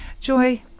Joy